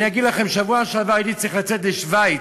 אני אגיד לכם: בשבוע שעבר הייתי צריך לצאת לשווייץ,